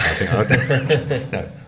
no